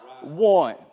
one